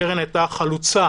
הקרן הייתה חלוצה